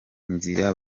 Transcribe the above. inzira